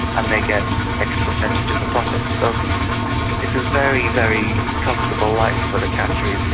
and they get x percentage of the profits. so it's a very, very comfortable life for the qataris